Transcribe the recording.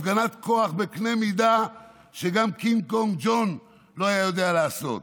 הפגנת כוח בקנה מידה שגם קים ג'ונג און לא היה יודע לעשות: